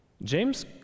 James